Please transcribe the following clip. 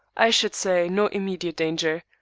i should say, no immediate danger.